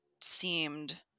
seemed